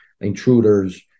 intruders